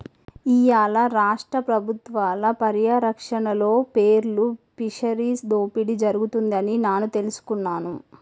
ఇయ్యాల రాష్ట్ర పబుత్వాల పర్యారక్షణలో పేర్ల్ ఫిషరీస్ దోపిడి జరుగుతుంది అని నాను తెలుసుకున్నాను